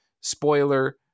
Spoiler